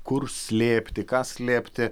kur slėpti ką slėpti